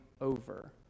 over